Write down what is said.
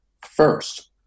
first